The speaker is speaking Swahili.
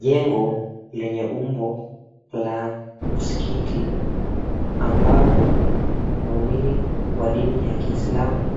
Jengo lenye umbo la msikiti ambapo waumini wa dini ya kiislamu,